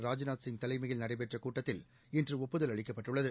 ராஜ்நாத் சிங் தலைமையில் நடைபெற்ற கூட்டத்தில் இன்று ஒப்புதல் அளிக்கப்பட்டுள்ளது